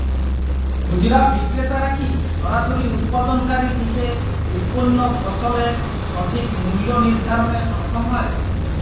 খুচরা বিক্রেতারা কী সরাসরি উৎপাদনকারী থেকে উৎপন্ন ফসলের সঠিক মূল্য নির্ধারণে সক্ষম হয়?